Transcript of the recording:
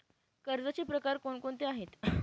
कर्जाचे प्रकार कोणकोणते आहेत?